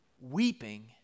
Weeping